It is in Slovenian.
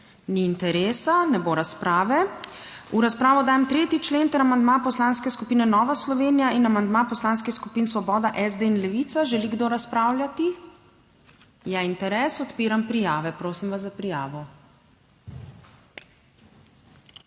Ni interesa, ne bo razprave. V razpravo dajem 3. člen ter amandma Poslanske skupine Nova Slovenija in amandma poslanskih skupin Svoboda, SD in Levica. Želi kdo razpravljati? Je interes, odpiram prijave. Prosim vas za prijavo.